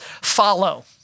follow